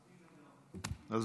תודה,